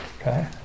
okay